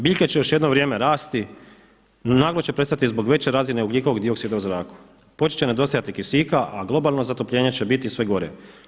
Biljke će još jedno vrijeme rasti, naglo će prestati zbog veće razine ugljikovog dioksida u zraku, početi će nedostajati kisika a globalno zatopljenje će biti sve gore.